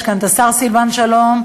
יש כאן את השר סילבן שלום,